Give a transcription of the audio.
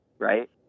right